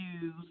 use